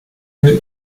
lieu